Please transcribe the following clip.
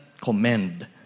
commend